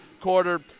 quarter